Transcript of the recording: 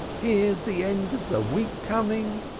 here's the end of the week coming,